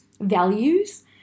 values